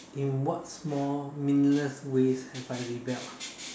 in what small meaningless ways have I rebelled ah